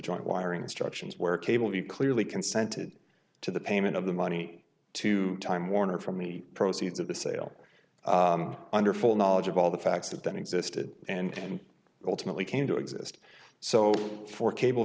joint wiring instructions where cable be clearly consented to the payment of the money to time warner from the proceeds of the sale under full knowledge of all the facts that that existed and ultimately came to exist so for cable